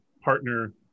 partner